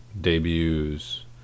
debuts